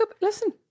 Listen